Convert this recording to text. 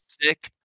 sick